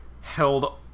held